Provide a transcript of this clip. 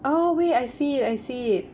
oh wait I see it I see it